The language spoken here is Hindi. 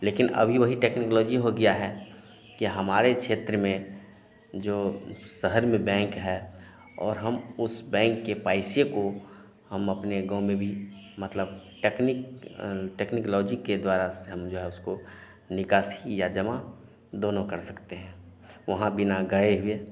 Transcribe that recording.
लेकिन अभी वही टेक्निकलॉजी हो गया है कि हमारे क्षेत्र में जो उंह शहर में बैंक है और हम उस बैंक के पैसे को हम अपने गाँव में भी मतलब टेक्निक अं टेक्निकलॉजी के द्वारा से हम जो है उसको निकासी या जमा दोनों कर सकते हैं वहाँ बिना गए हुए